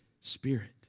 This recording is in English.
spirit